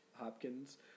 Hopkins